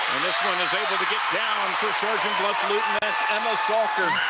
and this one is able to get down for sergeant bluff-luton that's emma salker.